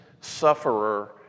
sufferer